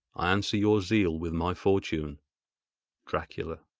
i answer your zeal with my fortune dracula.